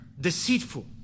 deceitful